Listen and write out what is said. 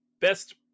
best